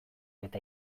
eta